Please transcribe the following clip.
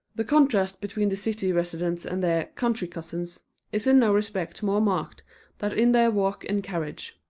the contrast between the city residents and their country cousins is in no respect more marked than in their walk and carriage.